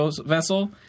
Vessel